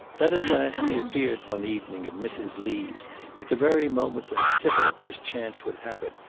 then at last he appeared one evening at mrs. lee's at the very moment when sybil, as chance would have it,